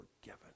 forgiven